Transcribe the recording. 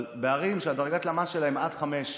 אבל בערים שדרגת הלמ"ס שלהן היא עד 5,